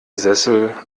sessel